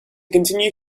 continue